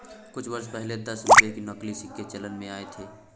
कुछ वर्ष पहले दस रुपये के नकली सिक्के चलन में आये थे